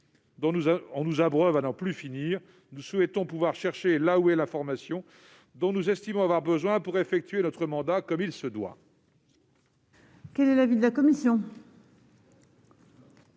on nous abreuve à n'en plus finir. Nous souhaitons pouvoir chercher là où est l'information dont nous estimons avoir besoin pour effectuer notre mandat comme il se doit.